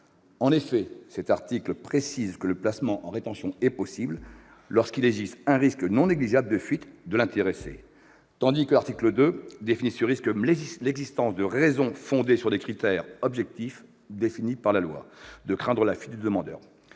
En effet, cet article précise que le placement en rétention est possible « lorsqu'il existe un risque non négligeable de fuite » de l'intéressé, tandis que l'article 2 définit ce risque comme « l'existence de raisons, fondées sur des critères objectifs définis par la loi, de craindre la fuite » du demandeur.